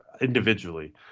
individually